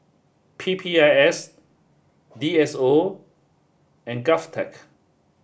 P P I S D S O and GOVTECH